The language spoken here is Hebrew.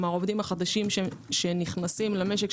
כלומר העובדים החדשים שנכנסים למשק,